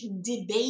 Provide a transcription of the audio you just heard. debate